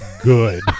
good